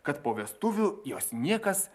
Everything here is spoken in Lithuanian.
kad po vestuvių jos niekas